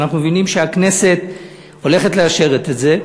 ואנחנו מבינים שהכנסת הולכת לאשר את זה,